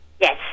Yes